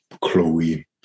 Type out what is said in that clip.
Chloe